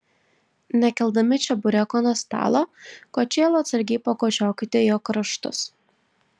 nekeldami čebureko nuo stalo kočėlu atsargiai pakočiokite jo kraštus